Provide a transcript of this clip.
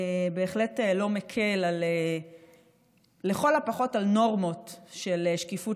בהחלט לא מקל לכל הפחות על נורמות של שקיפות